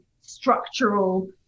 structural